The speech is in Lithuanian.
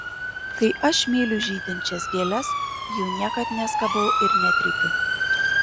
kai aš myliu žydinčias gėles jų niekad neskabau ir netrypiu